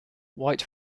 white